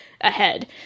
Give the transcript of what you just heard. ahead